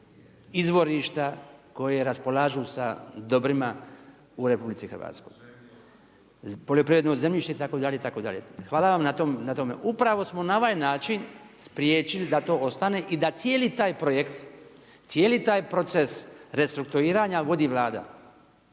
izvorišta, koje raspolažu sa dobrima u RH. Poljoprivredno zemljište itd., itd., hvala vam na tome. Upravo smo na ovaj način spriječili da to ostane i da cijeli taj projekt, cijeli taj proces restrukturiranja vodi Vlada.